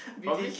probably